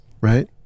right